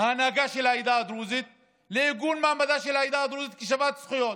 ההנהגה של העדה הדרוזית לעיגון מעמדה של העדה הדרוזית כשוות זכויות,